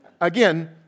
Again